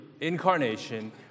incarnation